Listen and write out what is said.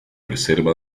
reserva